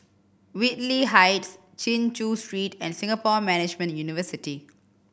Whitley Heights Chin Chew Street and Singapore Management University